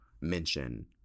mention